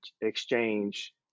exchange